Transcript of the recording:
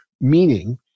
meaning